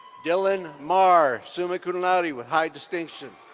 dylan mar, summa cum laude with high distinction.